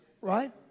Right